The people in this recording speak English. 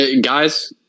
Guys